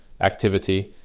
activity